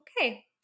Okay